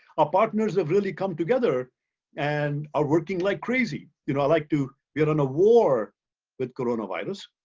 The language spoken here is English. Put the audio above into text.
ah partners have really come together and are working like crazy. you know, i like to, we are on a war with coronavirus.